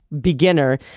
beginner